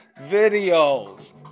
Videos